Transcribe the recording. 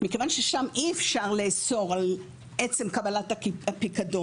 מכיוון ששם אי אפשר לאסור על עצם קבלת הפיקדון,